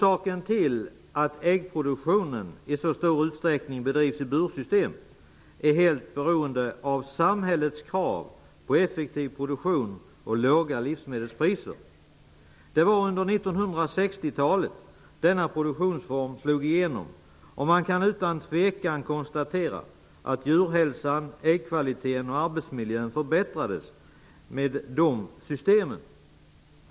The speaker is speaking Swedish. Att äggproduktionen i så stor utsträckning bedrivs i bursystem beror helt och hållet på samhällets krav på effektiv produktion och låga livsmedelspriser. Denna produktionsform slog igenom under 1960 talet, och man kan utan tvivel konstatera att djurhälsan, äggkvaliteten och arbetsmiljön förbättrades med dessa system.